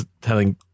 telling